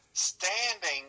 Standing